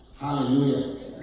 Hallelujah